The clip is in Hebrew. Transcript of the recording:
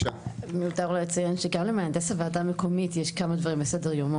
מיותר לציין שגם למהנדס הוועדה המקומית יש כמה דברים על סדר היום,